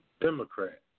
democrat